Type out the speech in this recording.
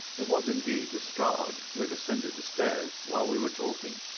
it was indeed lestrade, who had ascended the stairs while we were talking,